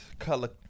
Color